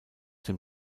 dem